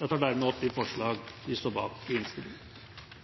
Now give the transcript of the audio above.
Jeg tar hermed opp de forslagene vi står bak i innstillinga.